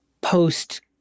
post